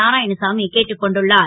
நாராயணசாமி கேட்டுக் கொண்டுள்ளார்